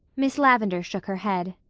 miss lavendar shook her head.